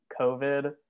COVID